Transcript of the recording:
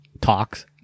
talks